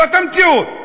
זאת המציאות.